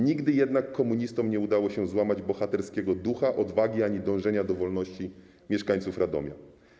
Nigdy jednak komunistom nie udało się złamać bohaterskiego ducha, odwagi ani dążenia do wolności mieszkańców Radomia.